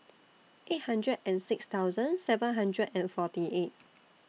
eight hundred and six thousand seven hundred and forty eight